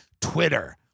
Twitter